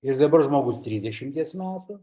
ir dabar žmogus trisdešimties metų